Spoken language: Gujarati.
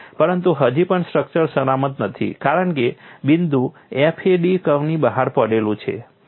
પરંતુ હજી પણ સ્ટ્રક્ચર સલામત નથી કારણ કે બિંદુ FAD કર્વની બહાર પડેલું હતું